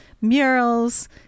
murals